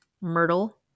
myrtle